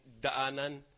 daanan